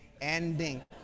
ending